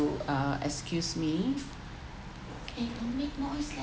uh excuse me !hey! don't make noise there